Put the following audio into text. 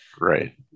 Right